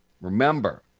remember